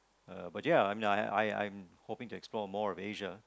uh but ya I I I'm hoping to explore more of Asia